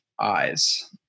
Eyes